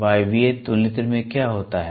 वायवीय तुलनित्र में क्या होता है